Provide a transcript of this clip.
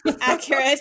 accurate